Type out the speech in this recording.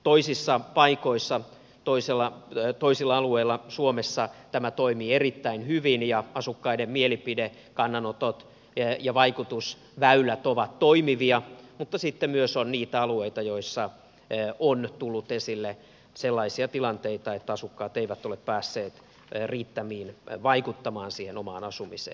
toisissa paikoissa toisilla alueilla suomessa tämä toimii erittäin hyvin ja asukkaiden mielipidekannanotot ja vaikutusväylät ovat toimivia mutta sitten on myös niitä alueita joilla on tullut esille sellaisia tilanteita että asukkaat eivät ole päässeet riittämiin vaikuttamaan omaan asumiseen